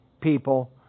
people